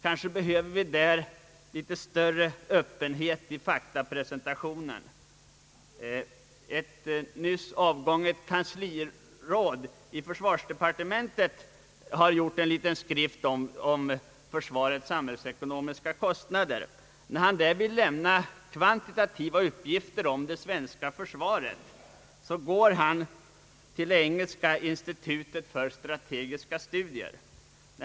Kanske behöver vi i detta avseende litet större öppenhet vid presentationen av fakta. Ett från försvarsdepartementet nyss avgånget kansliråd har gjort en liten skrift om försvarets samhällsekonomiska kostnader. När han där vill lämna kvantitativa uppgifter om det svenska försvaret hämtar han dem från det engelska institutet för strategiska studier.